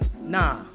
nah